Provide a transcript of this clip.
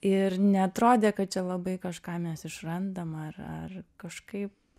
ir neatrodė kad čia labai kažką mes išrandam ar ar kažkaip